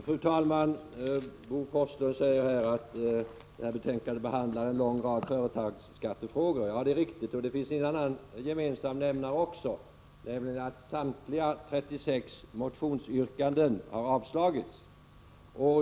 Fru talman! Bo Forslund säger att detta betänkande behandlar en lång rad företagsskattefrågor. Ja, det är riktigt, och det finns också en annan gemensam nämnare, nämligen att samtliga 36 motionsyrkanden har avstyrkts.